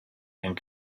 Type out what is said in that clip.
and